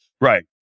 Right